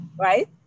Right